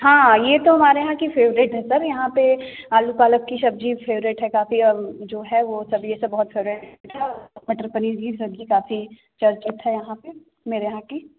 हाँ ये तो हमारे यहाँ की फेवरेट है सर यहाँ पे आलू पालक की सब्जी फेवरेट है काफ़ी और जो है वो सब ये सब फेवरेट मटर पनीर की सब्जी काफ़ी चर्चित है यहाँ पे मेरे यहाँ की